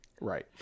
right